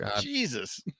Jesus